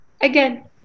again